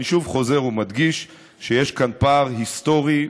אני חוזר ומדגיש שיש כאן פער היסטורי,